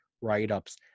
write-ups